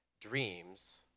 dreams